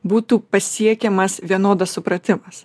būtų pasiekiamas vienodas supratimas